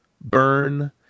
Burn